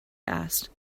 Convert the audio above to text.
asked